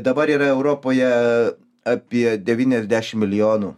dabar yra europoje apie devyniasdešimt milijonų